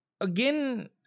Again